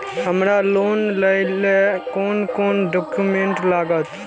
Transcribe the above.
हमरा लोन लाइले कोन कोन डॉक्यूमेंट लागत?